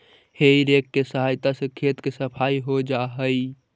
हेइ rake के सहायता से खेत के सफाई हो जा हई